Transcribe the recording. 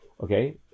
okay